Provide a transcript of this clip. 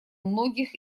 многих